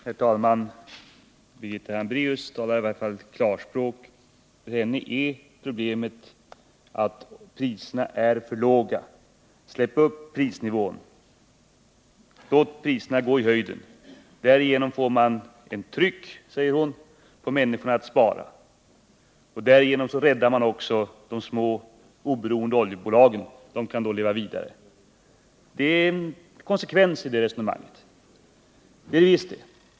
Herr talman! Birgitta Hambraeus talar i varje fall klarspråk. För henne är problemet att priserna är för låga. Släpp upp prisnivån! Låt priserna gå i höjden! Därigenom får man, enligt henne, ett tryck på människorna att spara, och därigenom räddar man också de små oberoende oljebolagen. De kan då leva vidare. Det är konsekvens i det resonemanget.